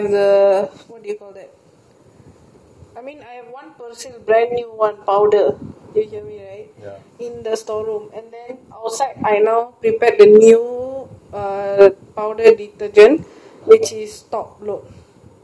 I mean I have one persil brand new one powder ah in the storeroom and then outside I now prepared the new powder detergent which is top load front load front load top brand